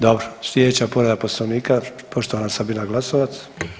Dobro, slijedeća povreda Poslovnika poštovana Sabina Glasovac.